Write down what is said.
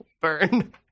burn